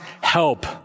help